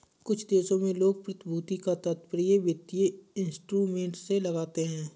कुछ देशों में लोग प्रतिभूति का तात्पर्य वित्तीय इंस्ट्रूमेंट से लगाते हैं